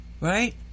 right